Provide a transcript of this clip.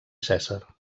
cèsar